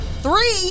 Three